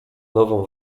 nową